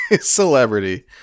celebrity